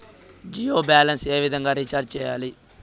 Jio balance ఏ విధంగా రీచార్జి సేయాలి?